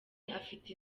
afite